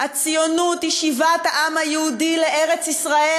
הציונות היא שיבת העם היהודי לארץ-ישראל